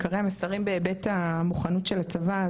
עיקרי המסרים בהיבט המוכנות של הצבא,